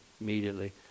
immediately